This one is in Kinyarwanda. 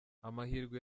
amahirwe